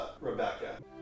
Rebecca